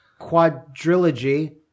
quadrilogy